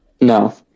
No